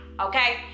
okay